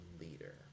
leader